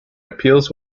appeals